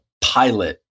pilot